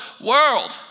world